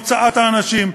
הוצאת האנשים,